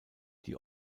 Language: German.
die